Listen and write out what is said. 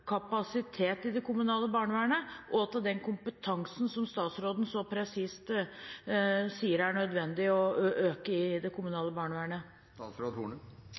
kapasitet i det kommunale barnevernet og til den kompetansen som statsråden så presist sier er nødvendig å øke i det kommunale barnevernet?